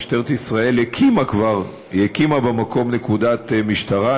משטרת ישראל הקימה כבר במקום נקודת משטרה,